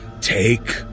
Take